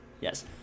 Yes